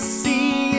see